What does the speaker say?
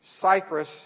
Cyprus